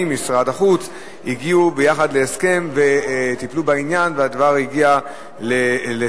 ומשרד החוץ הגיעו ביחד להסכם וטיפלו בעניין והדבר הגיע לסידור.